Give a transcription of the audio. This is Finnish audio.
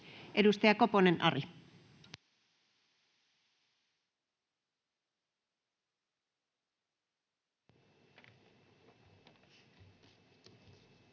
Edustaja Koponen, Ari. [Speech